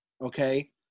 okay